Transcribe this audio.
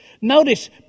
Notice